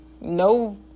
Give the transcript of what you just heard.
no